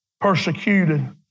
persecuted